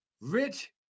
Rich